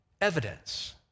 Evidence